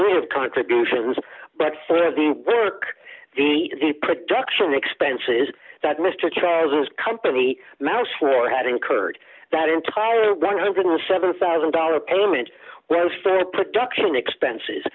crew of contributions but for the work a production expenses that mr charles company mouse or had incurred that entire one hundred and seventy thousand dollars payment well for production expenses